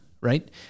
right